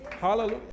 Hallelujah